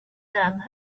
them